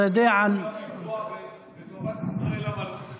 אתה יודע, לא אכפת לך לפגוע בתורת ישראל על הדרך.